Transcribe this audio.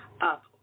up